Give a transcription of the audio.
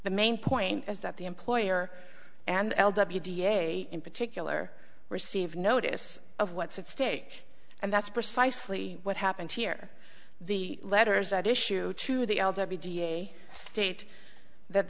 the main point is that the employer and l w da in particular received notice of what's at stake and that's precisely what happened here the letters that issued to the elderly d a state that